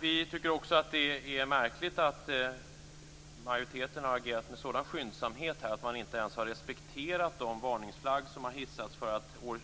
Vi tycker också att det är märkligt att majoriteten har agerat med sådan skyndsamhet att man inte ens har respekterat de varningsflagg som har hissats för att år